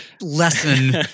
lesson